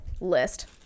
list